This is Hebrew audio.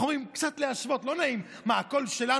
איך אומרים, קצת להשוות, לא נעים, מה, הכול שלנו?